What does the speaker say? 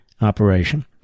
operation